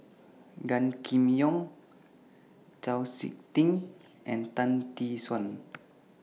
Gan Kim Yong Chau Sik Ting and Tan Tee Suan